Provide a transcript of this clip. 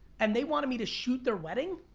and they wanted me to shoot their wedding,